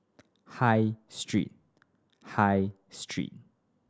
High Street High Street